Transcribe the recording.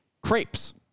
crepes